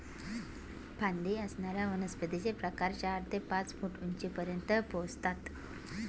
फांदी असणाऱ्या वनस्पतींचे प्रकार चार ते पाच फूट उंचीपर्यंत पोहोचतात